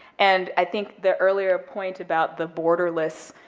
and i think the earlier point about the borderless,